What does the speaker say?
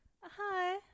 Hi